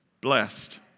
blessed